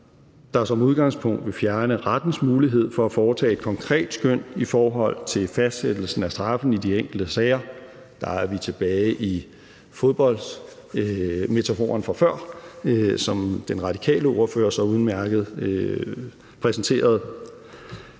der som udgangspunkt vil fjerne rettens mulighed for at foretage et konkret skøn i forhold til fastsættelsen af straffen i de enkelte sager. Der er vi tilbage i fodboldmetaforen fra før, som den radikale ordfører så udmærket præsenterede,